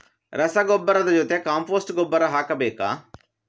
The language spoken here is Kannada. ರಸಗೊಬ್ಬರದ ಜೊತೆ ಕಾಂಪೋಸ್ಟ್ ಗೊಬ್ಬರ ಹಾಕಬೇಕಾ?